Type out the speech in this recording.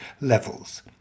levels